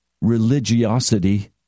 religiosity